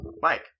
Mike